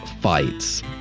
fights